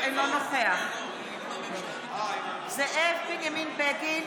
אינו נוכח זאב בנימין בגין,